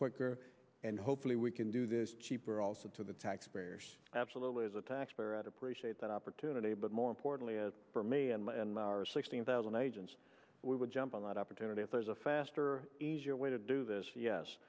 quicker and hopefully we can do this cheaper also to the taxpayers absolutely as a taxpayer at appreciate that opportunity but more importantly for me and my and my our sixteen thousand agents we would jump on that opportunity if there's a faster easier way to do this yes